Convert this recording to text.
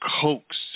coax